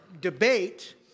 debate